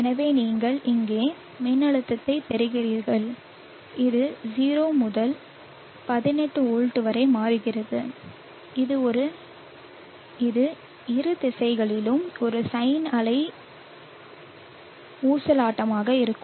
எனவே நீங்கள் இங்கே மின்னழுத்தத்தைப் பெறுவீர்கள் இது 0 முதல் 18 வோல்ட் வரை மாறுகிறது இது இரு திசைகளிலும் ஒரு சைன் அலை ஊசலாட்டமாக இருக்கும்